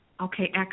Okay